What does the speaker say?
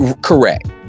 Correct